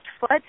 foot